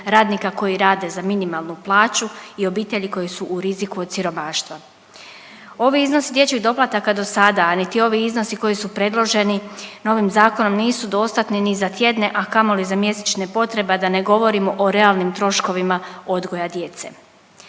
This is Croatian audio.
radnika koji rade za minimalnu plaću i obitelji koji su u riziku od siromaštva. Ovi iznosi dječjih doplataka do sada, a niti ovi iznosi koji su predloženi novim zakonom, nisu dostatni ni za tjedne, a kamoli za mjesečne potrebe, a da ne govorim o realnim troškovima odgoja djece.